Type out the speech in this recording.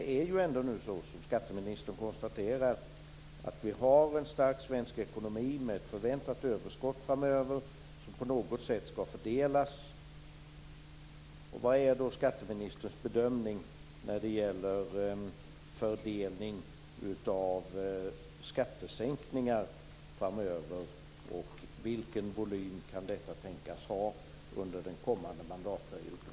Skatteministern konstaterar att vi har en stark svensk ekonomi med förväntat överskott framöver som på något sätt skall fördelas. Vad är då skatteministerns bedömning när det gäller fördelning av skattesänkningar framöver? Vilken volym kan detta tänkas ha under den kommande mandatperioden?